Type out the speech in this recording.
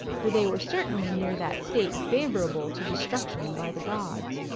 for they were certainly near that state favourable to destruction by the gods.